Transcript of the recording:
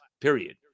period